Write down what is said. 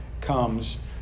comes